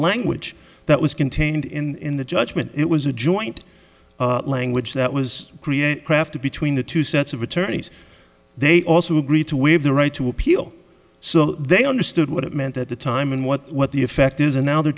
language that was contained in the judgment it was a joint language that was created crafted between the two sets of attorneys they also agreed to waive the right to appeal so they understood what it meant at the time and what what the effect is and now they're